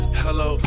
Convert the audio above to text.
hello